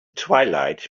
twilight